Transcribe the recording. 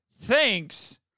thanks